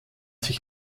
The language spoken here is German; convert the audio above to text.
sich